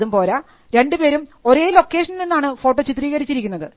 അതും പോരാ രണ്ടു പേരും ഒരേ ലൊക്കേഷനിൽ നിന്നാണ് ഫോട്ടോ ചിത്രീകരിച്ചിരിക്കുന്നത്